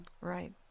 Right